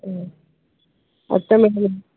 ಹ್ಞೂ